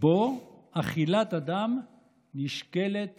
שבו אכילת אדם נשקלת